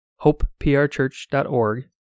hopeprchurch.org